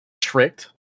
tricked